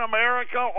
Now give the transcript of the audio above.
America